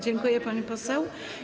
Dziękuję, pani poseł.